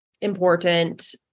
important